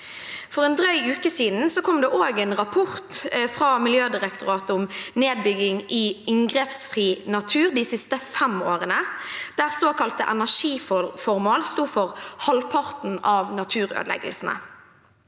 For en drøy uke siden kom det også en rapport fra Miljødirektoratet om nedbygging i inngrepsfri natur de siste fem årene, der såkalte energiformål sto for halvparten av naturødeleggelsene.